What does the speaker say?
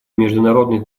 международных